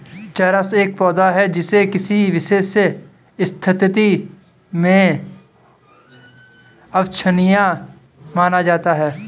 चरस एक पौधा है जिसे किसी विशेष स्थिति में अवांछनीय माना जाता है